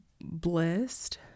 blessed